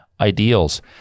ideals